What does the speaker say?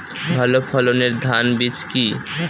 ভালো ফলনের ধান বীজ কি?